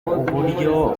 uburyo